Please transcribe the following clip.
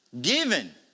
given